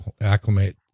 acclimate